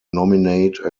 nominate